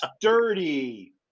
dirty